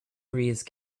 breeze